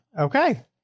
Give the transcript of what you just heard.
Okay